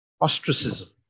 ostracism